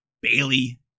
Bailey